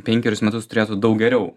penkerius metus turėtų daug geriau